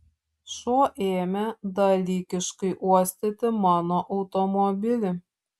šuo ėmė dalykiškai uostyti mano automobilį